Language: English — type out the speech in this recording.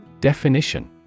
Definition